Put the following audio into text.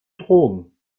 drogen